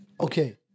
okay